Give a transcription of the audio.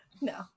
No